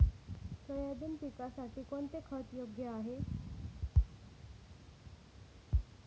Soybean पिकासाठी कोणते खत योग्य आहे?